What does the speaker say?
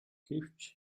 гэвч